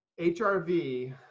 HRV